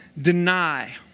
deny